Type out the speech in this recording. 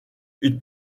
une